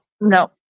No